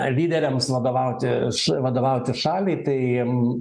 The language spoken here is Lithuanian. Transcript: lyderiams vadovauti ša vadovauti šaliai tai